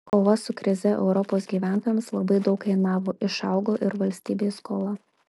kova su krize europos gyventojams labai daug kainavo išaugo ir valstybės skola